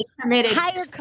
Higher